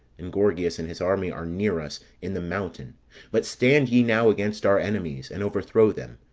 and gorgias and his army are near us in the mountain but stand ye now against our enemies, and overthrow them,